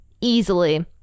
easily